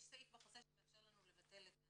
יש סעיף בחוזה שמאפשר לנו לבטל,